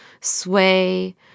sway